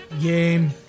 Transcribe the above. game